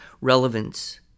Relevance